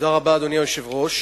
אדוני היושב-ראש,